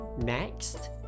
Next